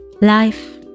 Life